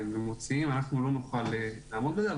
אנחנו לא נוכל לעמוד בזה,